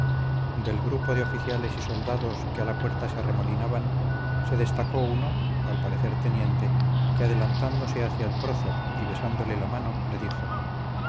del grupo de oficiales y soldados que en la puerta se arremolinaban se destacó uno al parecer teniente que adelantándose hacia el prócer y besándole la mano le dijo